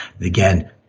Again